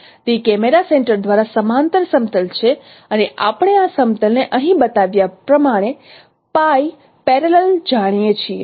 તે camera centre દ્વારા સમાંતર સમતલ છે અને આપણે આ સમતલ ને અહીં બતાવ્યા પ્રમાણે જાણીએ છીએ